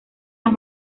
las